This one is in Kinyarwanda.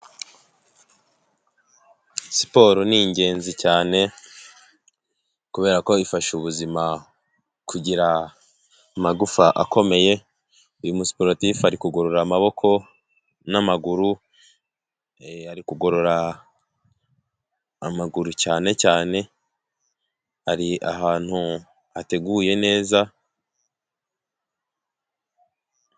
Siporo ni ingenzi cyane, kubera ko ifasha ubuzima kugira amagufa akomeye, uyu musiporutifu ari kugorora amaboko n'amaguru, yari kugorora amaguru cyane cyane ari ahantu hateguye neza.